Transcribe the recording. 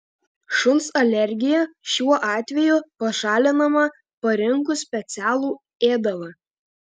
šuns alergija šiuo atveju pašalinama parinkus specialų ėdalą